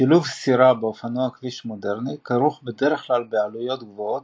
שילוב סירה באופנוע כביש מודרני כרוך בדרך כלל בעלויות גבוהות